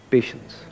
Patience